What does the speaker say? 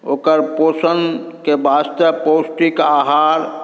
ओकर पोषणके वास्ते पौष्टिक आहार